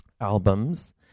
albums